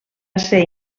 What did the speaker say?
ser